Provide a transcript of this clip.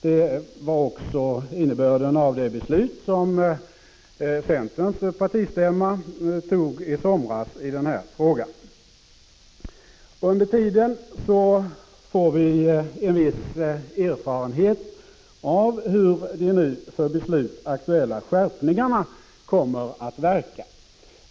Det var också innebörden i det beslut i frågan som centerns Under tiden får vi en viss erfarenhet av hur de nu för beslut aktuella skärpningarna kommer att verka.